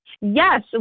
Yes